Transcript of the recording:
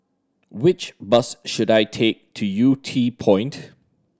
which bus should I take to Yew Tee Point